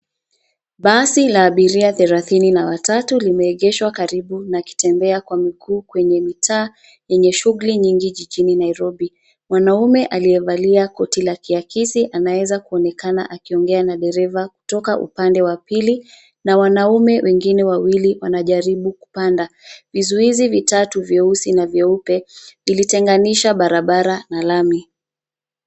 Basi la abiria thelathini na watatu limeegeshwa karibu na kitembea kwa miguu kwenye mitaa yenye shughuli nyingi jijini Nairobi. Mwanaume aliyevalia koti la kiakisi anaweza kuonekana akiongea na dereva kutoka upande wa pili, na wanaume wengine wawili wanajaribu kupanda. Vizuizi vitatu vyeusi na vyeupe vilitenganisha barabara na lami.